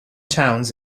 towns